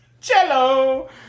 Cello